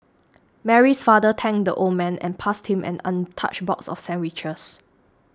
Mary's father thanked the old man and passed him an untouched box of sandwiches